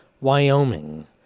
Wyoming